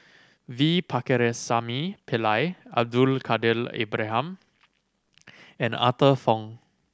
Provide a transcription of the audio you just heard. V Pakirisamy Pillai Abdul Kadir Ibrahim and Arthur Fong